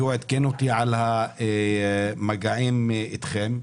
והוא עדכן אותי על המגעים אתכם.